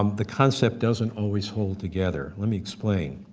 um the concept doesn't always hold together, let me explain.